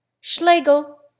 Schlegel